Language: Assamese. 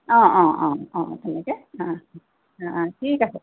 অঁ অঁ অঁ অঁ তেনেকৈ ঠিক আছে